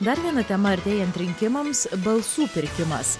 dar viena tema artėjant rinkimams balsų pirkimas